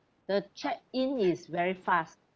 the check in is very fast